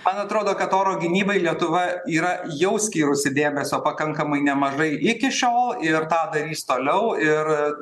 man atrodo kad oro gynybai lietuva yra jau skyrusi dėmesio pakankamai nemažai iki šiol ir tą darys toliau ir